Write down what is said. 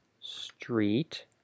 Street